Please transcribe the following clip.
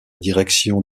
direction